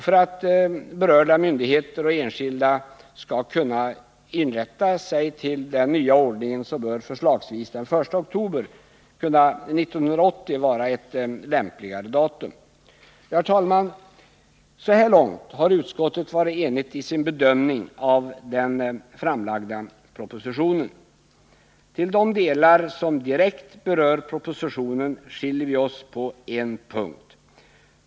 För att berörda myndigheter och enskilda skall kunna inrätta sig efter den nya ordningen kan, förslagsvis, den 1 oktober 1980 vara ett lämpligare datum. Herr talman! Så här långt har utskottet varit enigt i sin bedömning av den framlagda propositionen. När det gäller de delar som direkt berör propositionen skiljer vi oss på en punkt.